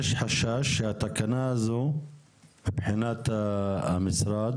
יש חשש שהתקנה הזאת מבחינת המשרד